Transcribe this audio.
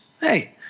Hey